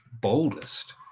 boldest